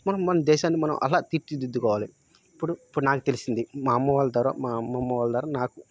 మనం మన దేశాన్ని మనం అలా తీర్చిదిద్దుకోవాలి ఇప్పుడు ఇప్పుడు నాకు తెలిసింది మా అమ్మ వాళ్ళ ద్వారా మా అమ్మమ్మ వాళ్ళ ద్వారా నాకు